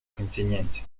континенте